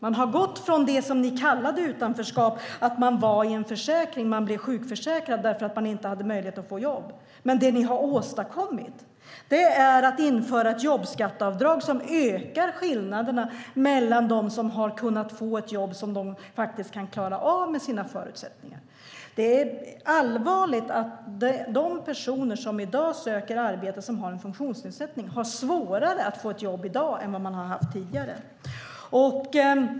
Man har gått från det som ni kallade utanförskap, nämligen att man var i en försäkring och blev sjukförsäkrad eftersom man inte hade möjlighet att få jobb. Ni har infört ett jobbskatteavdrag som ökar skillnaderna för dem som har kunnat få ett jobb som de kan klara av med sina förutsättningar. Det är allvarligt att de som har en funktionsnedsättning och söker arbete i dag har svårare att få ett jobb än man hade tidigare.